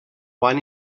van